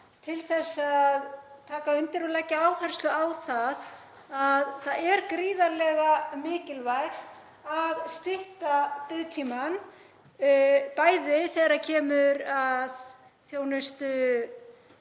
til þess að taka undir og leggja áherslu á að það er gríðarlega mikilvægt að stytta biðtímann, bæði þegar kemur að þjónustu